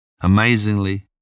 Amazingly